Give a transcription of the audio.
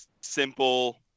simple